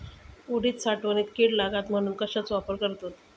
उडीद साठवणीत कीड लागात म्हणून कश्याचो वापर करतत?